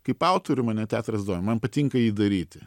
kaip autorių mane teatras domina man patinka jį daryti